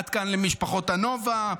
עד כאן למשפחות הנובה,